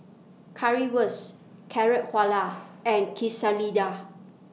Currywurst Carrot Halwa and Quesalizas